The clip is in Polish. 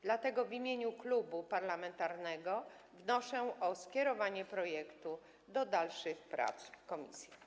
Dlatego w imieniu klubu parlamentarnego wnoszę o skierowanie projektu do dalszych prac w komisjach.